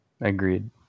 Agreed